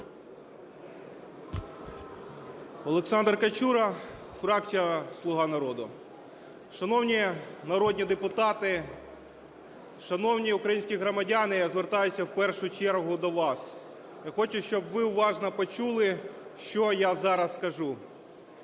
Олександр Качура, фракція "Слуга народу". Шановні народні депутати, шановні українські громадяни, я звертаюсь в першу чергу до вас. Я хочу, щоб ви уважно почули, що я зараз скажу.